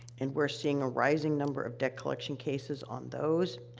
and we're seeing a rising number of debt collection cases on those,